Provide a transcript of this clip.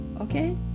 okay